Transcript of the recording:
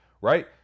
Right